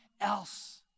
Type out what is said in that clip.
else